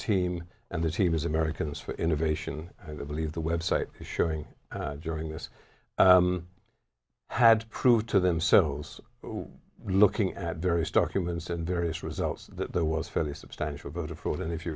team and the team as americans for innovation i believe the website showing during this had proved to them so looking at various documents and various results that there was fairly substantial voter fraud and if you're